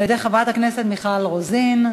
על-ידי חברת הכנסת מיכל רוזין,